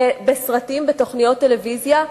בסרטים, בתוכניות טלוויזיה.